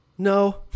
no